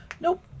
Nope